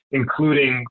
including